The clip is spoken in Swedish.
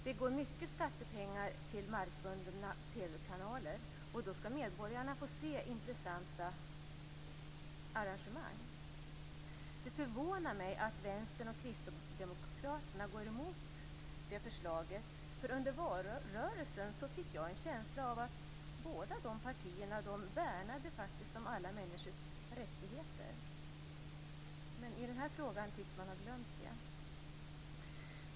Det går mycket skattepengar till markbundna TV-kanaler, och då skall medborgarna få se intressanta arrangemang. Det förvånar mig att vänstern och kristdemokraterna går emot förslaget. Under valrörelsen fick jag en känsla av att båda de partierna värnade om alla människors rättigheter, men i den här frågan tycks man ha glömt det.